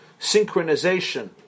synchronization